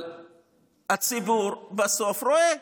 הציבור בסוף רואה: